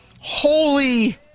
Holy